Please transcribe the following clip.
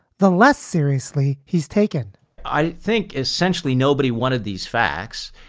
the less seriously he's taken i think essentially nobody wanted these facts.